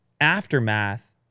aftermath